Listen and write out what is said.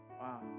Wow